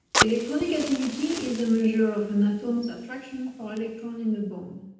electronic activity is a measure of a natanz attraction for electron in a bond.